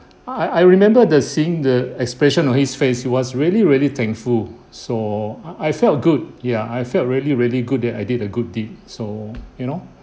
I I remember that seeing the expression on his face he was really really thankful so I I felt good ya I felt really really good that I did a good deed so you know